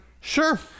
sure